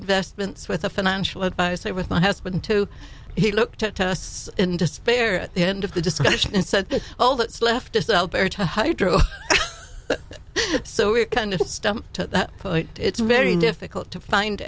investments with a financial advisor with my husband to he looked at us in despair at the end of the discussion and said all that's left is the alberta hydro so it kind of stumped at that point it's very difficult to find